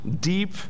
deep